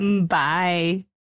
bye